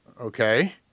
okay